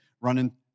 running